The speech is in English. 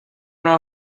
know